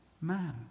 man